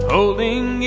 Holding